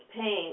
pain